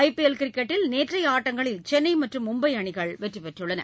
IPL கிரிக்கெட்டில் நேற்றைய ஆட்டங்களில் சென்னை மற்றும் மும்பை அணிகள் வெற்றி பெற்றுள்ளன